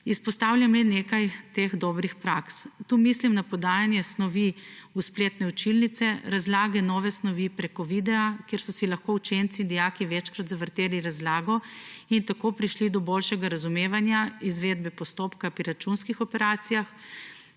izpostavljam le nekaj teh dobrih praks. Tu mislim na podajanje snovi v spletne učilnice, razlage nove snovi prek videa, kjer so si lahko učenci in dijaki večkrat zavrteli razlago in tako prišli do boljšega razumevanja izvedbe postopka pri računskih operacijah,